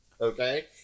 Okay